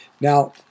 Now